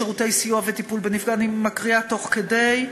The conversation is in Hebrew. שירותי סיוע וטיפול בנפגע, אני מקריאה תוך כדי,